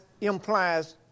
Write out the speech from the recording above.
implies